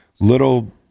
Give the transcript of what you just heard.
little